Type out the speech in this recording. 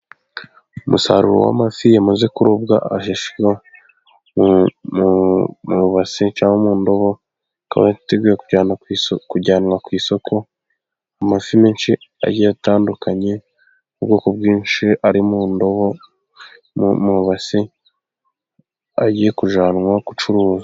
Umusaruro w'amafi yamaze kuribwa, ahishwe mu base cyangwa se mudobo akaba yiteguye kujyana kujyanwa ku isoko, amafi menshi atandukanye y'ubwoko bwinshi ari mu ndobo mu mubasi agiye kujanwa gucuruzwa.